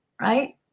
Right